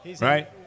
Right